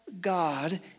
God